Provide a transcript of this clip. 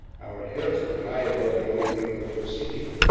our heads were high above the opening of the proscenium,